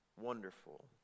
wonderful